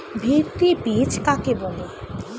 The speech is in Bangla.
ভিত্তি বীজ কাকে বলে?